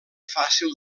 fàcil